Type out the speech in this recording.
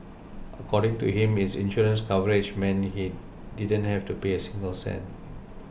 according to him his insurance coverage meant he didn't have to pay a single cent